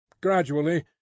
gradually